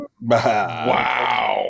Wow